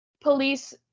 Police